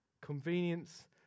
Convenience